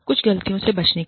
कुछ ग़लतियों से बचने के लिए